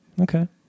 Okay